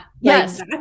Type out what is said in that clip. Yes